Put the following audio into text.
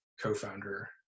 co-founder